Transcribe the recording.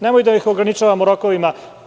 Nemoj da ih ograničavamo rokovima.